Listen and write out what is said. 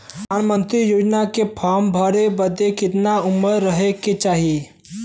प्रधानमंत्री योजना के फॉर्म भरे बदे कितना उमर रहे के चाही?